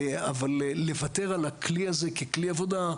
אבל לוותר על הכלי הזה ככלי עבודה,